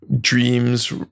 dreams